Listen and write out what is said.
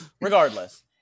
regardless